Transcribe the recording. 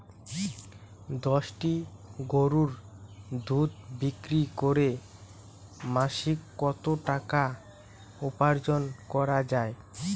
দশটি গরুর দুধ বিক্রি করে মাসিক কত টাকা উপার্জন করা য়ায়?